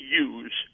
use